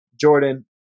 Jordan